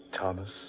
Thomas